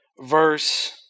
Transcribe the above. verse